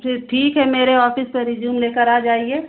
फिर ठीक है मेरी ऑफिस पर रिजूम लेकर आ जाइए